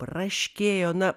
braškėjo na